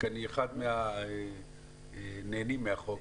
ואני אחד מהנהנים מהחוק,